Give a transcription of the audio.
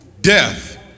death